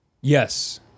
Yes